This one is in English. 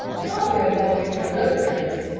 father has always stood up for him.